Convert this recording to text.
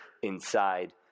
inside